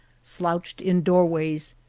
slouched in doorways,